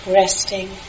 resting